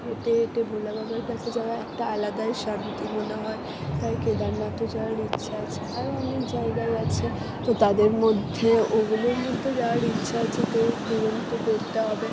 হেঁটে হেঁটে ভোলা বাবার কাছে যাওয়া একটা আলাদাই শান্তি মনে হয় তাই কেদারনাথও যাওয়ার ইচ্ছা আছে আরও অনেক জায়গায় আছে তো তাদের মধ্যে ওগুলোর মধ্যে যাওয়ার ইচ্ছা আছে তো পূরণ তো করতে হবে